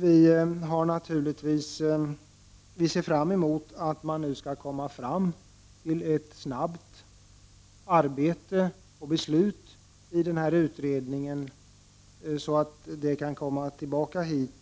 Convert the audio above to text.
Vi hoppas att utredningen arbetar snabbt så att vi kan behandla ärendet här och fatta beslut